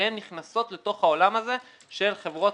שהן נכנסות לתוך העולם הזה של חברות